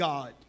God